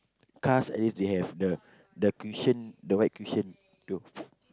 cars at least they have the the cushion the white cushion to